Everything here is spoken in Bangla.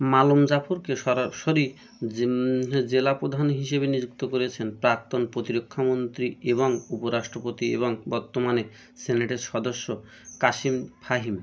মালোম জাফরকে সরাসরি জিন হ্যাঁ জেলাপ্রধান হিসেবে নিযুক্ত করেছেন প্রাক্তন প্রতিরক্ষামন্ত্রী এবং উপরাষ্ট্রপতি এবং বর্তমানে সেনেটের সদস্য কাসিম ফাহিম